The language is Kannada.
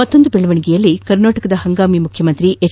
ಮತ್ತೊಂದು ಬೆಳವಣಿಗೆಯಲ್ಲಿ ಕರ್ನಾಟಕದ ಹಂಗಾಮಿ ಮುಖ್ಯಮಂತ್ರಿ ಎಚ್